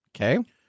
Okay